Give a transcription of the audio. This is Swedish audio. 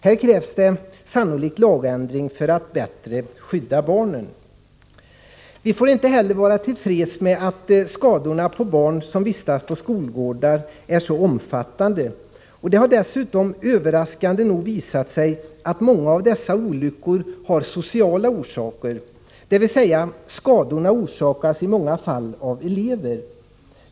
Här krävs det sannolikt lagändring för att bättre skydda barnen. Vi får inte heller vara tillfreds med att skadorna på barn som vistas på skolgårdar är så omfattande. Det har dessutom överraskande nog visat sig att många av dessa olyckor har sociala orsaker, dvs. skadorna orsakas i många fall av elever.